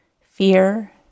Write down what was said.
Fear